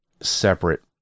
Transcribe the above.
separate